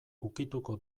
ukituko